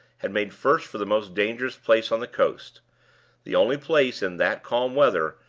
had made first for the most dangerous place on the coast the only place, in that calm weather,